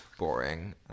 boring